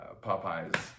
Popeye's